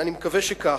אני מקווה שכך.